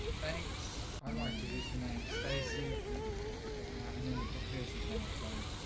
thanks, i like to use the name stacy and then the business now so